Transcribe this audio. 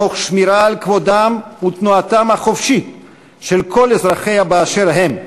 תוך שמירה על כבודם ותנועתם החופשית של כל אזרחיה באשר הם,